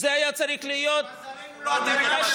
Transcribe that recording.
המדינה היהודית צריך לקבל אותו